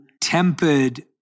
tempered